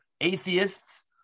atheists